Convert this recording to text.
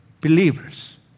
believers